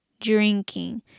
drinking